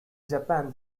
japan